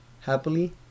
happily